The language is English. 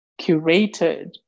curated